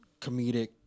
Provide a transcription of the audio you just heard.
Comedic